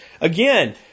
again –